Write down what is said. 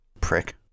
prick